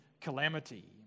calamity